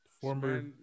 Former